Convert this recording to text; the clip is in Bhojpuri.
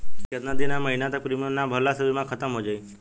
केतना दिन या महीना तक प्रीमियम ना भरला से बीमा ख़तम हो जायी?